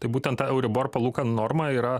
tai būtent ta euribor palūkanų norma yra